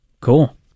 cool